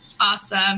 Awesome